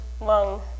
lung